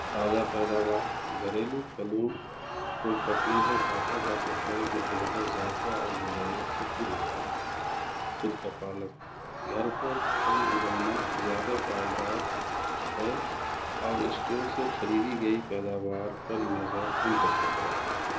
تازہ پیداوار گھریلو پھلوں کو کٹنی پہ کاٹا جا سکتا ہے جو بہتر ذائقہ اور مزاحیت سے پُر ہوتے ہیں خود کا پالک گھر پر پھل اُگانا زیادہ پائیدار ہے اور اسٹور سے خریدی گئی پیداوار پر انحصار کم کر سکتا ہے